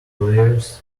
layers